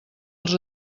als